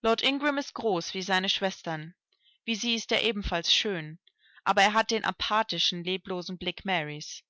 lord ingram ist groß wie seine schwestern wie sie ist er ebenfalls schön aber er hat den apathischen leblosen blick marys